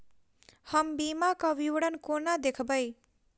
हम बीमाक विवरण कोना देखबै?